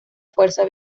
fuerza